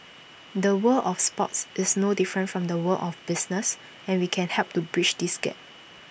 the world of sports is no different from the world of business and we can help to bridge this gap